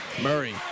Murray